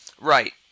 Right